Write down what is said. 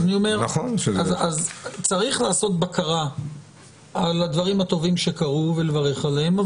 אז אני אומר שצריך לעשות בקרה על הדברים הטובים שקרו ולברך עליהם,